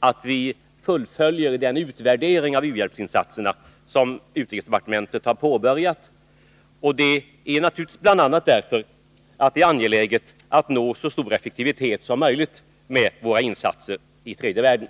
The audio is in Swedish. att vi fullföljer den utvärdering av u-hjälpsinsatserna som utrikesdepartementet har påbörjat, naturligtvis bl.a. för att det är angeläget att nå så stor effektivitet som möjligt med våra insatser i tredje världen.